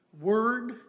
word